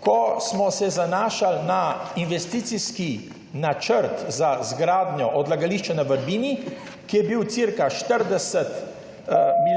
ko smo se zanašali na investicijski načrt za izgradnjo odlagališča na Vrbini, ki je bil cca 40 milijonov,